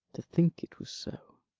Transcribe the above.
to think it was so